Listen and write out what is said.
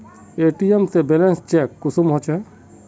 ATM से balance check कुंसम होचे?